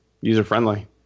user-friendly